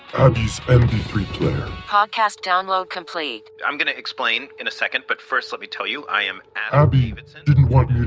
abby's m p three player podcast download complete i'm going to explain in a second. but first, let me tell you i am. abby but didn't want me